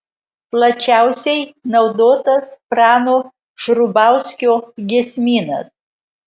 plačiausiai naudotas prano šrubauskio giesmynas